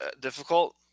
difficult